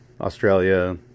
Australia